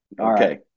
Okay